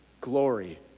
glory